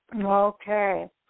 Okay